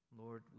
Lord